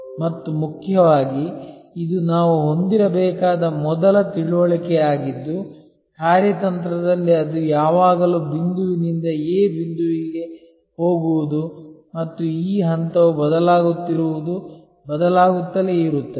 ಮತ್ತು ಮುಖ್ಯವಾಗಿ ಇದು ನಾವು ಹೊಂದಿರಬೇಕಾದ ಮೊದಲ ತಿಳುವಳಿಕೆಯಾಗಿದ್ದು ಕಾರ್ಯತಂತ್ರದಲ್ಲಿ ಅದು ಯಾವಾಗಲೂ Bಂದುವಿನಿಂದ A Bಂದುವಿಗೆ ಹೋಗುವುದು ಮತ್ತು ಈ ಹಂತವು ಬದಲಾಗುತ್ತಿರುವುದು ಬದಲಾಗುತ್ತಲೇ ಇರುತ್ತದೆ